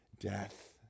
death